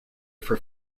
for